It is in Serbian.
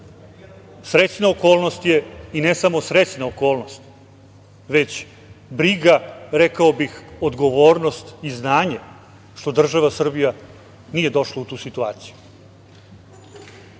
Srećna okolnost je i ne samo srećna okolnost, već briga rekao bih, odgovornost i znanje što država Srbija nije došla u tu situaciju. Ono